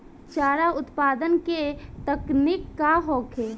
चारा उत्पादन के तकनीक का होखे?